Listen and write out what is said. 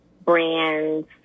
brands